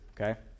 okay